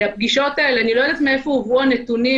הפגישות האלה אני לא יודעת מאיפה הובאו הנתונים